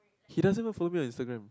he doesn't even follow me on Instagram